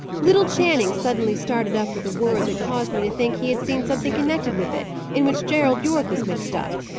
little channing suddenly started up with a word that caused me to think he had seen something connected with it, in which gerald yorke was mixed up.